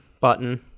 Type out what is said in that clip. button